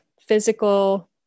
physical